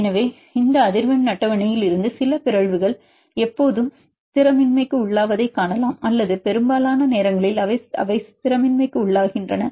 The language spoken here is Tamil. எனவே இந்த அதிர்வெண் அட்டவணையில் இருந்து சில பிறழ்வுகள் எப்போதும் ஸ்திரமின்மைக்குள்ளாவதைக் காணலாம் அல்லது பெரும்பாலான நேரங்களில் அவை ஸ்திரமின்மைக்குள்ளாகின்றன